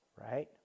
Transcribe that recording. Right